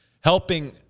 helping